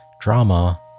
drama